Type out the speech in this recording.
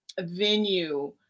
venue